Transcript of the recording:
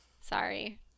sorry